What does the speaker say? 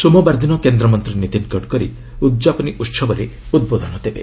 ସୋମବାର ଦିନ କେନ୍ଦ୍ରମନ୍ତ୍ରୀ ନୀତିନ ଗଡ଼କରୀ ଉଦ୍ଯାପନୀ ଉତ୍ସବରେ ଉଦ୍ବୋଧନ ଦେବେ